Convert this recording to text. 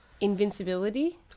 invincibility